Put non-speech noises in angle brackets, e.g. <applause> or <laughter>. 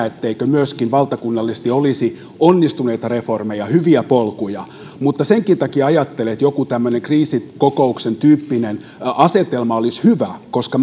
<unintelligible> etteikö myöskin valtakunnallisesti olisi onnistuneita reformeja hyviä polkuja mutta senkin takia ajattelen että joku tämmöinen kriisikokouksen tyyppinen asetelma olisi hyvä koska <unintelligible>